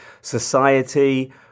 society